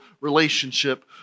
relationship